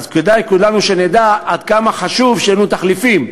אז כדאי כולנו שנדע עד כמה חשוב שיהיו לנו תחליפים: